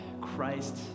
Christ